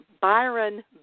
Byron